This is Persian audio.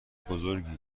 بزرگی